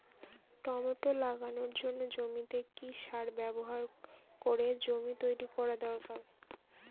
Tomato লাগানোর জন্য জমিতে কি সার ব্যবহার করে জমি তৈরি করা দরকার?